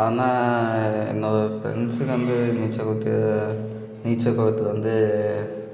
ஆனால் என்னோடய ஃப்ரெண்ட்ஸு வந்து நீச்சல் நீச்சல் குளத்துல வந்து